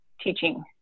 teaching